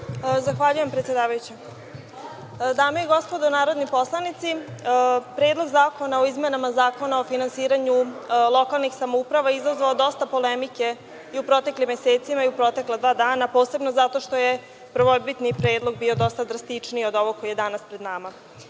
Zahvaljujem, predsedavajuća. Dame i gospodo narodni poslanici, Predlog zakona o izmenama Zakona o finansiranju lokalnih samouprava je izazvao dosta polemike i u proteklim mesecima i u protekla dva dana, posebno zato što je prvobitni predlog bio dosta drastičniji od ovog koji je danas pred